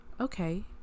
okay